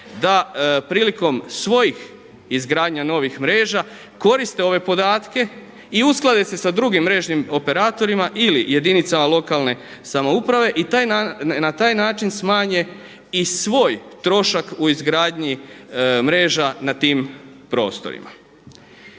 da prilikom svojih izgradnja novih mreža, koriste ove podatke i usklade se sa drugim mrežnim operatorima ili jedinicama lokalne samouprave i na taj način smanje i svoj trošak u izgradnji mreža na tim prostorima.